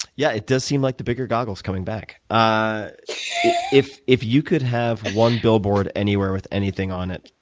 yeah, it does seem like the bigger goggle is coming back. ah if if you could have one billboard anywhere with anything on it,